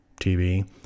tv